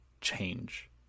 change